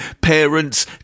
parents